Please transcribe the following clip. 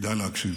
כדאי להקשיב: